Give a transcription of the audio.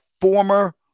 former